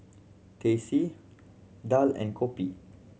Teh C daal and kopi